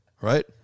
right